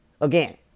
Again